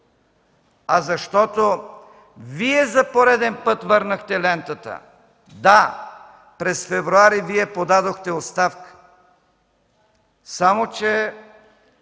а защото Вие за пореден път върнахте лентата. Да, през февруари Вие подадохте оставка, само че,